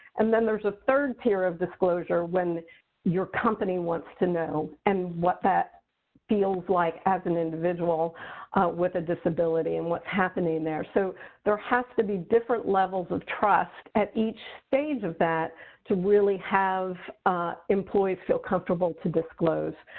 and then there's a third tier of disclosure when your company wants to know and what that feels like as an individual with a disability and what's happening there. so there has to be different levels of trust at each stage of that to really have employees feel comfortable to disclose.